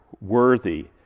worthy